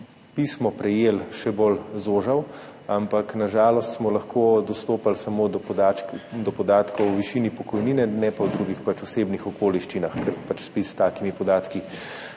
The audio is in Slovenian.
pismo prejeli, še bolj zožil, ampak na žalost smo lahko dostopali samo do podatkov, do podatkov o višini pokojnine, ne pa o drugih osebnih okoliščinah, ker pač ZPIZ s takimi podatki